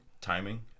timing